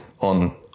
on